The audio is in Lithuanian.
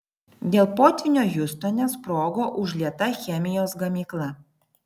dėl potvynio hjustone sprogo užlieta chemijos gamykla